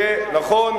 ונכון,